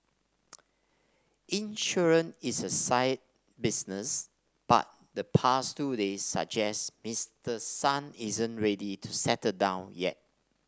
insurance is a staid business but the past two days suggest Mister Son isn't ready to settle down yet